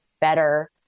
better